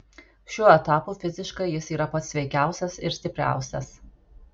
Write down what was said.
šiuo etapu fiziškai jis yra pats sveikiausias ir stipriausias